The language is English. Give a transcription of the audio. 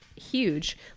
huge